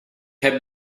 heb